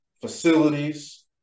Facilities